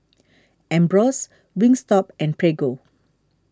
Ambros Wingstop and Prego